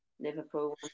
Liverpool